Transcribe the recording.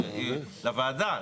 לוועדה,